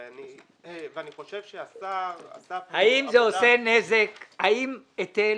ואני חושב שהשר עשה פה עבודה --- האם היטל